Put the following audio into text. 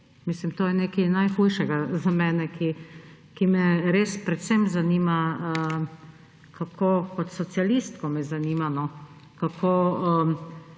To je nekaj najhujšega za mene, ki me res predvsem zanima, kot socialistko me zanima, kako